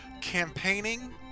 campaigning